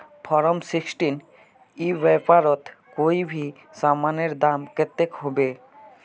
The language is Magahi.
फारम सिक्सटीन ई व्यापारोत कोई भी सामानेर दाम कतेक होबे?